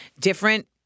different